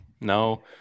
no